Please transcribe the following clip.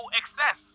excess